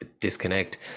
disconnect